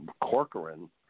Corcoran